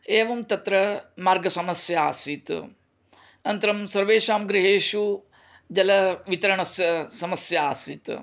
एवं तत्र मार्गसमस्या आसीत् अनन्तरं सर्वेषां गृहेषु जलवितरणस्य समस्या आसीत्